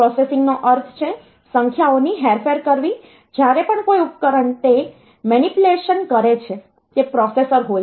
પ્રોસેસિંગનો અર્થ છે સંખ્યાઓની હેરફેર કરવી જ્યારે પણ કોઈ ઉપકરણ તે મેનીપ્યુલેશન કરે છે તે પ્રોસેસર હોય છે